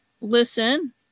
listen